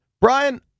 Brian